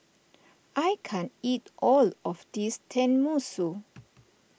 I can't eat all of this Tenmusu